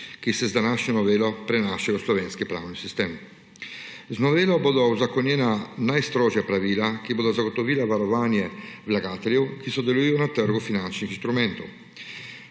ki se z današnjo novelo prenašajo v slovenski pravni sistem. Z novelo bodo uzakonjena najstrožja pravila, ki bodo zagotovila varovanje vlagateljev, ki sodelujejo na trgu finančnih instrumentov.